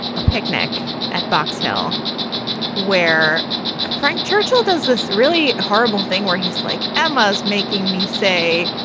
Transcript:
a picnic at box hill where frank churchill does this really horrible thing where he's like, emma's making me say,